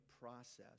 process